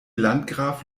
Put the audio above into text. landgraf